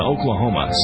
Oklahoma